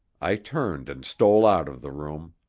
i turned and stole out of the room.